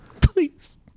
Please